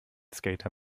skater